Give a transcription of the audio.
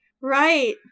Right